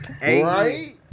Right